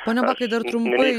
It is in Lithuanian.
pone bakai dar trumpai